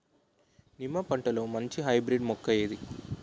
నిమ్మ పంటలో మంచి హైబ్రిడ్ మొక్క ఏది?